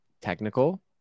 Technical